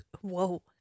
Whoa